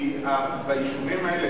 כי ביישובים האלה,